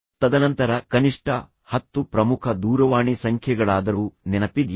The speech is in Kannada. ತದನಂತರ ಕನಿಷ್ಠ 10 ಪ್ರಮುಖ ದೂರವಾಣಿ ಸಂಖ್ಯೆಗಳಾದರೂ ನೆನಪಿದಿಯೇ